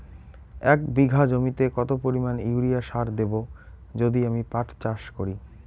এক বিঘা জমিতে কত পরিমান ইউরিয়া সার দেব যদি আমি পাট চাষ করি?